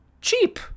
cheap